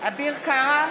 בעד אביר קארה,